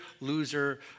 loser